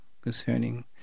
concerning